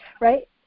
right